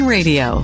Radio